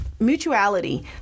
Mutuality